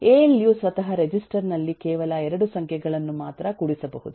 A L U ಸ್ವತಃ register ನಲ್ಲಿ ಕೇವಲ 2 ಸಂಖ್ಯೆಗಳನ್ನು ಮಾತ್ರ ಕೂಡಿಸಬಹುದು